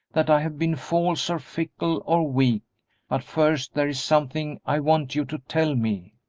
that i have been false or fickle or weak but first there is something i want you to tell me.